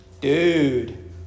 Dude